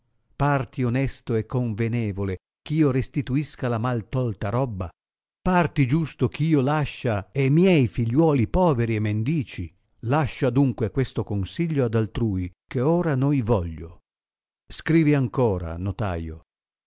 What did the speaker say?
parti onesto e convenevole ch'io restituisca la mal tolta robba parti giusto ch'io lascia e miei figliuoli poveri e mendici lascio adunque questo consiglio ad altrui che ora noi voglio scrivi ancora notaio